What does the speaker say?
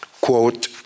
quote